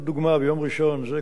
שזה תחילת החום,